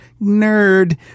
Nerd